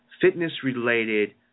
fitness-related